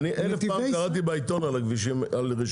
אלף פעם קראתי בעיתון על רשימה.